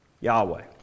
Yahweh